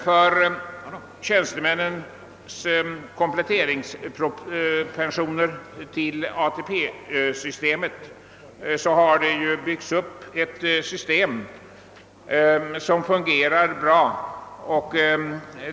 För tjänstemännens kompletteringspensioner till ATP-systemet har det ju byggts upp ett system som fungerar bra.